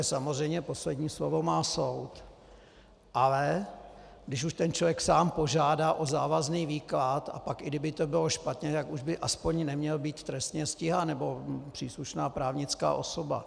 Samozřejmě poslední slovo má soud, ale když už člověk sám požádá o závazný výklad, a pak i kdyby to bylo špatně, tak už by aspoň neměl být trestně stíhán, nebo příslušná právnická osoba.